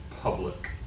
public